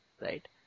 right